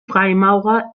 freimaurer